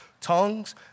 tongues